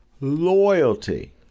loyalty